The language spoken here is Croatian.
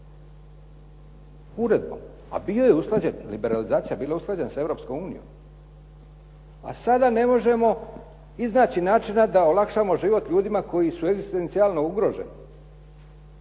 uredbom a bio je usklađen, liberalizacija je bila usklađena sa Europskom unijom, a sada ne možemo iznaći načina da olakšamo život ljudima koji su egzistencijalno ugroženi.